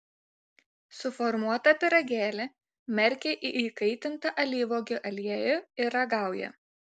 suformuotą pyragėlį merkia į įkaitintą alyvuogių aliejų ir ragauja